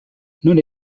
non